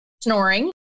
snoring